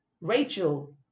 Rachel